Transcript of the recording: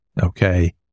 okay